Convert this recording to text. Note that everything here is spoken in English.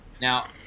Now